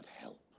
help